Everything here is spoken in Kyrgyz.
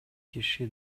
киши